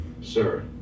Sir